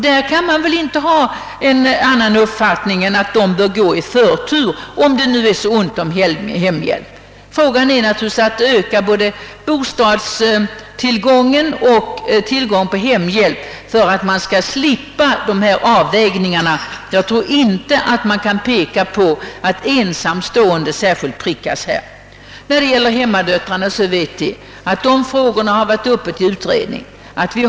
Man kan väl inte ha någon annan uppfattning än att hon bör gå i förtur, om det är så ont om hemhjälp. Naturligtvis måste vi öka både bostadstillgången och tillgången på hemhjälp för att slippa dessa avvägningar. Jag tror inte att man kan peka på att ensamstående särskilt prickas i detta avseende. Frågan om hemmadöttrarna har varit föremål för utredning.